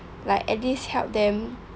like at least help them